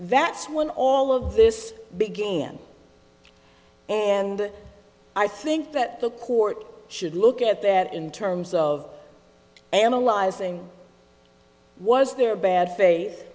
that's when all of this began and i think that the court should look at that in terms of analyzing was there bad fa